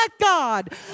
god